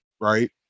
Right